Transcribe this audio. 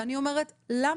ואני אומרת, למה?